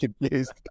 confused